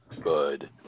good